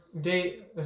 date